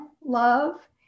love